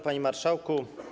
Panie Marszałku!